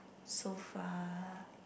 so far